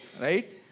Right